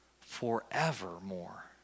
forevermore